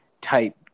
type